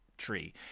tree